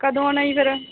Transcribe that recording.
ਕਦੋਂ ਆਉਣਾ ਜੀ ਫਿਰ